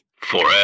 Forever